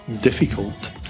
difficult